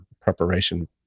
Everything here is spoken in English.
preparation